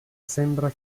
sembra